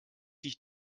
sich